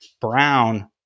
Brown